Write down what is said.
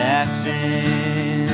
Jackson